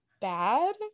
bad